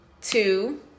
two